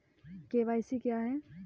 KYC क्या है?